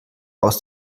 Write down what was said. aus